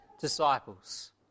disciples